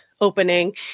Opening